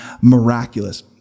miraculous